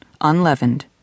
unleavened